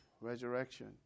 resurrection